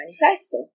manifesto